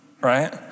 right